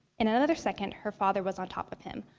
in another second her father was on top of him,